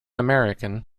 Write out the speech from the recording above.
american